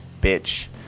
bitch